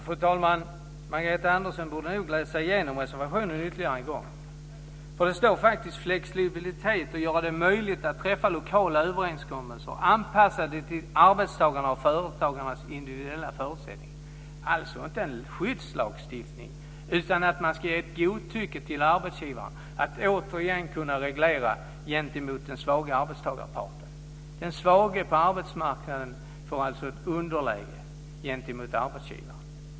Fru talman! Margareta Andersson borde nog läsa igenom reservationen ytterligare en gång. Där står det faktiskt att man vill ha "ökad flexibilitet och göra det möjligt att träffa lokala överenskommelser anpassade till arbetstagarnas och företagens individuella förutsättningar". Det är alltså inte en skyddslagstiftning, utan man ska lämna det till arbetsgivarens godtycke att återigen kunna reglera gentemot den svagare arbetstagarparten. Den svage på arbetsmarknaden får alltså ett underläge gentemot arbetsgivaren.